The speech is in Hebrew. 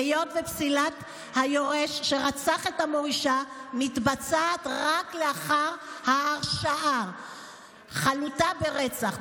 היות שפסילת היורש שרצח את המורישה מתבצעת רק לאחר הרשעה חלוטה ברצח,